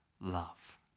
love